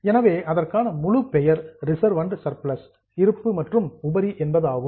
எனவே அதற்கான முழு பெயர் ரிசர்வ் அண்ட் சர்பிளஸ் இருப்பு மற்றும் உபரி என்பதாகும்